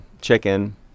chicken